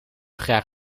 graag